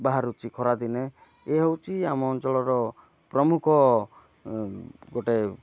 ବାହାରୁଛି ଖରାଦିନେ ଏ ହେଉଛି ଆମ ଅଞ୍ଚଳର ପ୍ରମୁଖ ଗୋଟେ